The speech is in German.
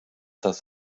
das